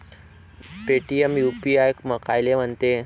Paytm UPI कायले म्हनते?